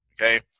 okay